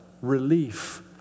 relief